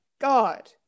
God